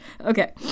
okay